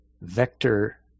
vector